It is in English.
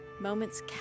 moments